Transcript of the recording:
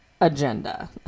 agenda